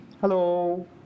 Hello